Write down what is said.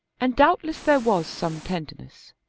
and doubtless there was some tenderness,